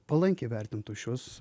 palankiai vertintų šiuos